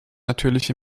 natürlich